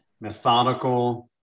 methodical